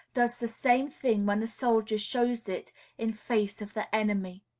does the same thing when a soldier shows it in face of the enemy.